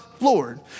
Lord